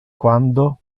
quando